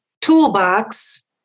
toolbox